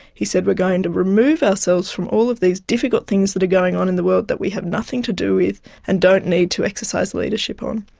he said we're going to remove ourselves from all of these difficult things that are going on in the world that we have nothing to do with and don't need to exercise leadership on.